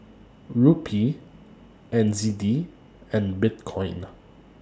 Rupee N Z D and Bitcoin